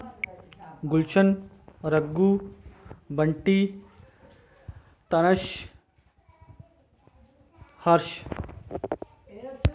Gulshan Raghu Bunty Tanish Harsh